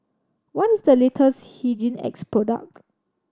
what is the latest Hygin X product